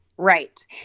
Right